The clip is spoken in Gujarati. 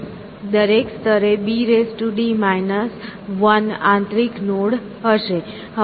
દરેક સ્તરેbd 1 આંતરિક નોડ હશે